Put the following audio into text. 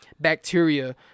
bacteria